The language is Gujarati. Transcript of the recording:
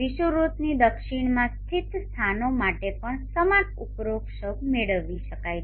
વિષુવવૃત્તની દક્ષિણમાં સ્થિત સ્થાનો માટે પણ સમાન ઉપરોક્ષાઓ મેળવી શકાય છે